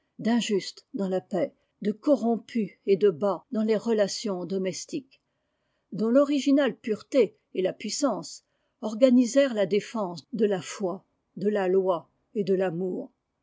d'injuste dans la paix de corrompu et de bas dans les relations domestiques dont l'originale pureté et la puissance organisèrent la défense de la foi de la loi et de l'amour